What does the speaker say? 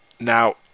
Now